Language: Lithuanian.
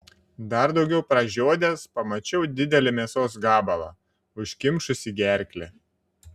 dar daugiau pražiodęs pamačiau didelį mėsos gabalą užkimšusį gerklę